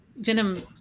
Venom